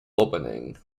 opening